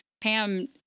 Pam